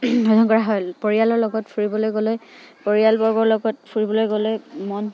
অধ্যয়ন কৰা হয় পৰিয়ালৰ লগত ফুৰিবলৈ গ'লে পৰিয়ালবৰ্গৰ লগত ফুৰিবলৈ গ'লে মন